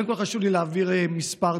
קודם כול, חשוב לי להבהיר כמה דברים.